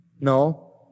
No